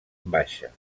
baixa